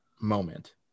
moment